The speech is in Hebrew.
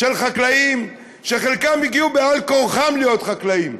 של חקלאים שחלקם הגיעו על כורחם להיות חקלאים,